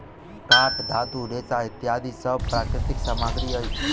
काठ, धातु, रेशा इत्यादि सब प्राकृतिक सामग्री अछि